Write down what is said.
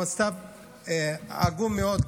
המצב עגום מאוד,